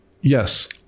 yes